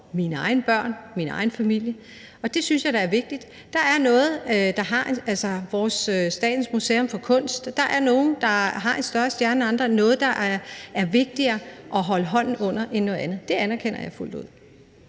mine egne børn, min egen familie, og det synes jeg da er vigtigt. Der er noget, f.eks. Statens Museum for Kunst, der har en større stjerne end andre, og noget, der er vigtigere at holde hånden under end noget andet. Det anerkender jeg fuldt ud.